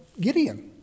Gideon